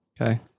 Okay